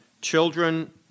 Children